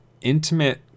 intimate